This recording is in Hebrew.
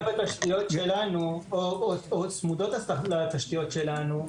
בתשתיות שלנו או צמודות לתשתיות שלנו,